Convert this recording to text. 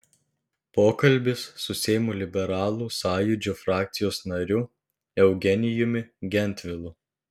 pokalbis su seimo liberalų sąjūdžio frakcijos nariu eugenijumi gentvilu